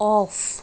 off